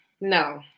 No